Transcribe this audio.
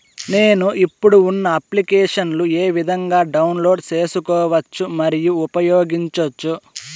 నేను, ఇప్పుడు ఉన్న అప్లికేషన్లు ఏ విధంగా డౌన్లోడ్ సేసుకోవచ్చు మరియు ఉపయోగించొచ్చు?